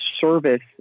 service